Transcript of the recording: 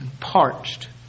parched